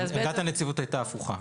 עמדת הנציבות הייתה הפוכה.